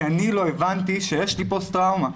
לא הבנתי שיש לי פוסט טראומה.